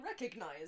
recognize